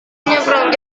menyeberang